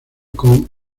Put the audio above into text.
con